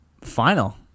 Final